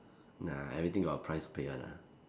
nah everything got a price to pay one lah